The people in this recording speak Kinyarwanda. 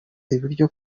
ibiryo